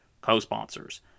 co-sponsors